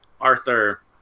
Arthur